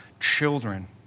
children